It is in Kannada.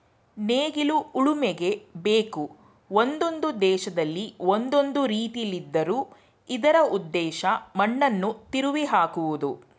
ನೇಗಿಲು ಉಳುಮೆಗೆ ಬೇಕು ಒಂದೊಂದು ದೇಶದಲ್ಲಿ ಒಂದೊಂದು ರೀತಿಲಿದ್ದರೂ ಇದರ ಉದ್ದೇಶ ಮಣ್ಣನ್ನು ತಿರುವಿಹಾಕುವುದು